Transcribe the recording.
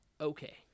okay